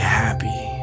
happy